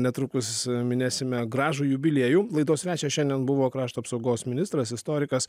netrukus minėsime gražų jubiliejų laidos svečias šiandien buvo krašto apsaugos ministras istorikas